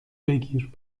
بگیر